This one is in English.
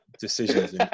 decisions